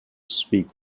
speak